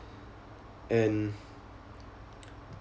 and